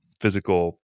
physical